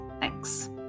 Thanks